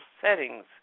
settings